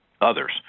others